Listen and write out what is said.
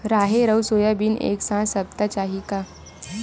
राहेर अउ सोयाबीन एक साथ सप्ता चाही का?